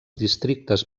districtes